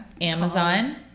Amazon